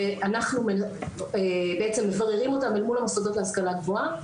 אנחנו בעצם מבררים אותן אל מול המוסדות להשכלה גבוהה.